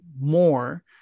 more